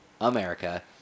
America